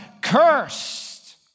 Cursed